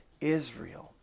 Israel